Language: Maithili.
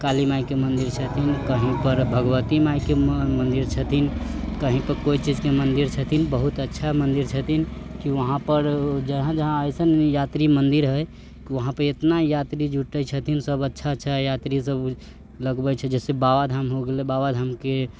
काली मायके मन्दिर छथिन कहींपर भगवती मायके मन्दिर छथिन कहींपर कोइ चीजके मन्दिर छथिन बहुत अच्छा मन्दिर छथिन की वहाँपर जहाँ जहाँ एसन यात्री मन्दिर है वहाँपर इतना यात्री जुटै छथिन सब अच्छा अच्छा यात्री सब लगबै छै जैसे बाबा धाम हो गेलै बाबा धामके